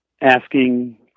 asking